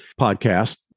podcast